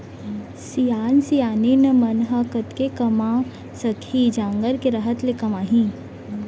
सियान सियनहिन मन ह कतेक कमा सकही, जांगर के रहत ले कमाही